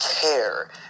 care